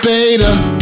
Beta